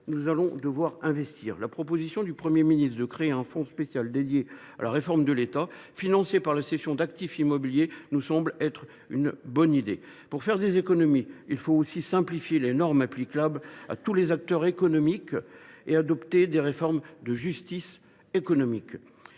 nous allons devoir investir. La proposition du Premier ministre de créer un fonds spécial consacré à la réforme de l’État, financé par la cession d’actifs immobiliers, nous semble une bonne idée. Pour faire des économies, il faut aussi simplifier les normes applicables à tous les acteurs économiques et adopter des réformes de justice économique.